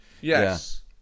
yes